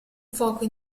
fuoco